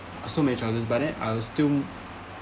are so many choices but then are still